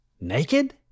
Naked